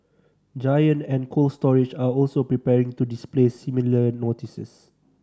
giant and Cold Storage are also preparing to display similar notices